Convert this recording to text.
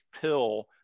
pill